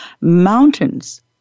mountains